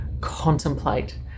contemplate